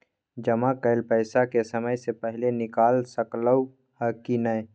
जमा कैल पैसा के समय से पहिले निकाल सकलौं ह की नय?